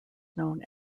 known